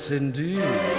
indeed